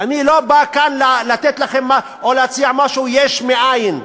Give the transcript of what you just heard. אני לא בא כאן לתת לכם או להציע משהו יש מאין,